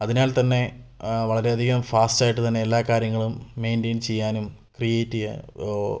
അതിനാൽ തന്നെ ആ വളരെ അധികം ഫാസ്റ്റായിട്ട് തന്നെ എല്ലാ കാര്യങ്ങളും മെയിൻറ്റെയിൻ ചെയ്യാനും ക്രിയേട്ട് ചെയ്യാൻ